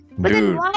Dude